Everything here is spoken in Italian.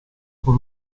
con